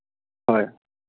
হয়